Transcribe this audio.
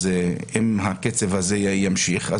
אז אם הקצב הזה ימשיך,